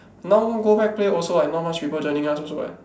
now go back play also like not much people joining us also eh